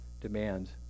demands